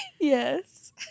Yes